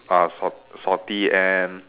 uh salt salty and